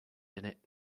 innit